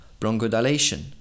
bronchodilation